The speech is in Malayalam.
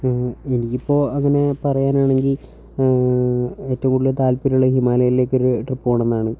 എനിക്കിപ്പോൾ അങ്ങനെ പറയാനാണെങ്കിൽ ഏറ്റവും കൂടുതൽ താല്പര്യമുള്ളത് ഹിമാലയത്തിലേക്ക് ഒരു ട്രിപ്പ് പോകണമെന്നാണ്